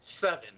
Seven